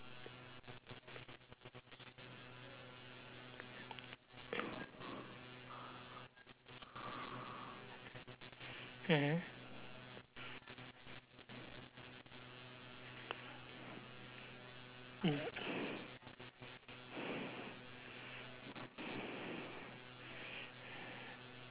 mmhmm mm